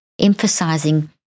emphasizing